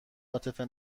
عاطفه